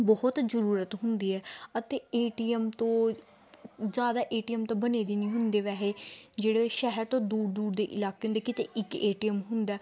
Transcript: ਬਹੁਤ ਜ਼ਰੂਰਤ ਹੁੰਦੀ ਹੈ ਅਤੇ ਏ ਟੀ ਐਮ ਤੋਂ ਜ਼ਿਆਦਾ ਏ ਟੀ ਐਮ ਤਾਂ ਬਣੇ ਦੀ ਨਹੀਂ ਹੁੰਦੇ ਵੈਸੇ ਜਿਹੜੇ ਸ਼ਹਿਰ ਤੋਂ ਦੂਰ ਦੂਰ ਦੇ ਇਲਾਕੇ ਹੁੰਦੇ ਕਿਤੇ ਇੱਕ ਏ ਟੀ ਐਮ ਹੁੰਦਾ